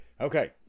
Okay